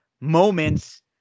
moments